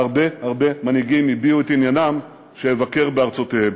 והרבה הרבה מנהיגים הביעו את עניינם שאבקר בארצותיהם.